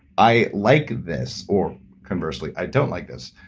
i like this. or conversely, i don't like this.